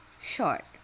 short